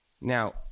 Now